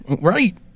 right